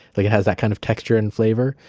like it has that kind of texture and flavor,